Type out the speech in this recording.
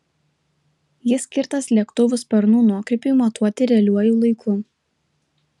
jis skirtas lėktuvų sparnų nuokrypiui matuoti realiuoju laiku